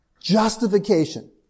justification